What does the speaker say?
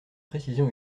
précision